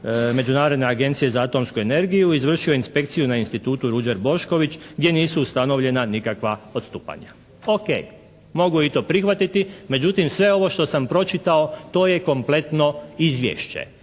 Međunarodne agencije za atomsku energiju izvršio inspekciju na Institutu "Ruđer Bošković" gdje nisu ustanovljena nikakva odstupanja. Ok. Mogu i to prihvatiti. Međutim, sve ovo što sam pročitao, to je kompletno izvješće